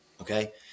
okay